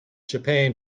japan